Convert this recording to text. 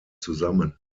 zusammen